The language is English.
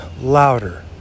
louder